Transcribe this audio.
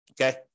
okay